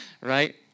Right